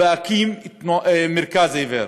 ואקים מרכז לעיוור.